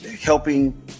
helping